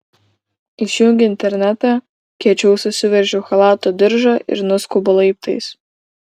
išjungiu internetą kiečiau susiveržiu chalato diržą ir nuskubu laiptais